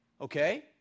Okay